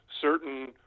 certain